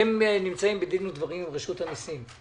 אתם נמצאים בדין ודברים עם רשות המיסים.